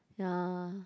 ya